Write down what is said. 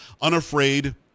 Unafraid